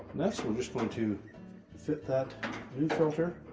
next, we're just going to fit that new filter